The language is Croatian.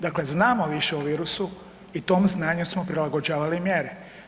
Dakle, znamo više o virusu i tom znanju smo prilagođavali mjere.